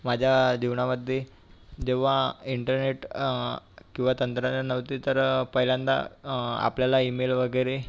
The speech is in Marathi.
माझ्या जीवनामध्ये जेव्हा इंटरनेट किंवा तंत्रज्ञान नव्हते तर पहिल्यांदा आपल्याला ईमेल वगैरे